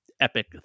epic